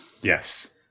Yes